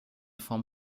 form